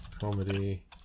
comedy